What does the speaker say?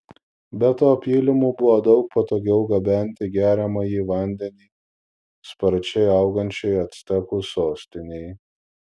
be to pylimu buvo daug patogiau gabenti geriamąjį vandenį sparčiai augančiai actekų sostinei